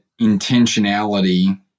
intentionality